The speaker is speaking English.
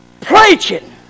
preaching